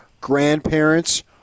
grandparents